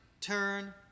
turn